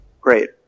great